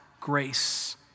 grace